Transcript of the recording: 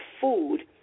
food